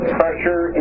pressure